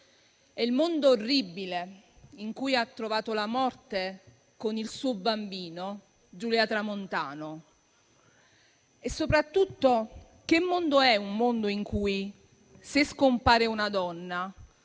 È il mondo orribile in cui ha trovato la morte, con il suo bambino, Giulia Tramontano. Soprattutto, che mondo è quello in cui, se scompare una donna,